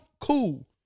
Cool